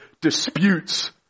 disputes